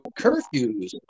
curfews